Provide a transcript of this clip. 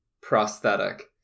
prosthetic